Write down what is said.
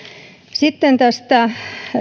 sitten tästä